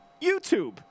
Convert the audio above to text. YouTube